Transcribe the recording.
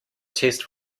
test